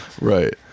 Right